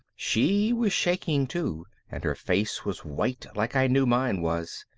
she was shaking too and her face was white like i knew mine was.